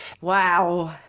Wow